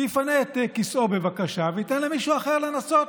שיפנה את כיסאו, בבקשה, וייתן למישהו אחר לנסות.